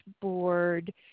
board